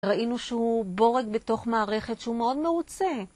ראינו שהוא בורג בתוך מערכת שהוא מאוד מרוצה.